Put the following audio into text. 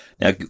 Now